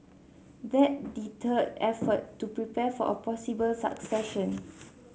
that deterred efforts to prepare for a possible succession